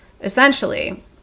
essentially